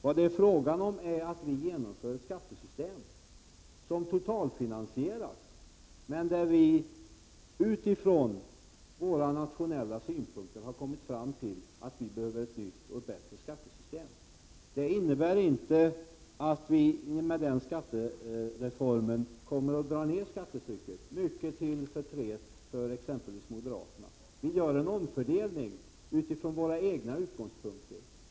Vad det är fråga om är att vi genomför ett skattesystem som totalfinansieras på grund av att vi utifrån våra nationella synpunkter har kommit fram till att vi behöver ett nytt och bättre skattesystem. Vi kommer med den skattereformen inte att dra ned skattetryckeet — mycket till förtret för exempelvis moderaterna. Vi gör en omfördelning utifrån våra egna utgångspunkter.